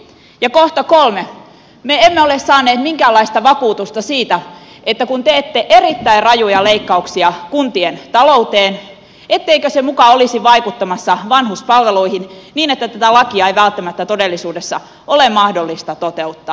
ja kolmanneksi me emme ole saaneet minkäänlaista vakuutusta siitä että kun teette erittäin rajuja leikkauksia kuntien talouteen etteikö se muka olisi vaikuttamassa vanhuspalveluihin niin että tätä lakia ei välttämättä todellisuudessa ole mahdollista toteuttaa